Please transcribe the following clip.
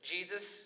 Jesus